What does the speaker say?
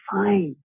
fine